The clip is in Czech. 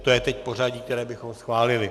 To je pořadí, které bychom schválili.